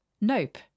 Nope